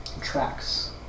tracks